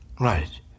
Right